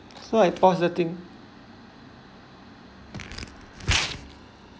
so I pause the thing